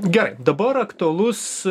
gerai dabar aktualus